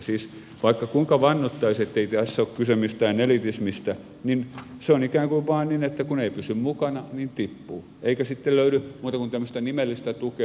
siis vaikka kuinka vannottaisiin ettei tässä ole kyse mistään elitismistä niin se on ikään kuin vaan niin että kun ei pysy mukana niin tippuu eikä sitten löydy muuta kuin tämmöistä nimellistä tukea